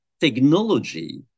technology